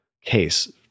case